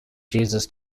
jesus